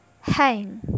hang